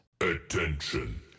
Attention